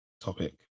topic